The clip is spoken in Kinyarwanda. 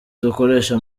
dukoresha